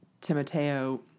Timoteo